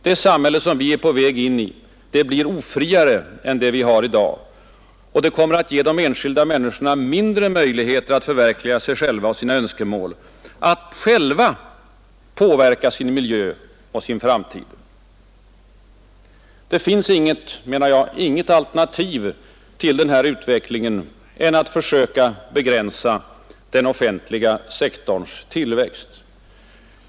Det samhälle vi är på väg in i blir ofriare än det vi har i dag, och det kommer att ge de enskilda människorna mindre möjligheter att förverkliga sig själva och sina önskemål, att själva påverka sin miljö och sin framtid. Det finns enligt min uppfattning inget annat alternativ till den här utvecklingen än att försöka begränsa den offentliga sektorns tillväxt.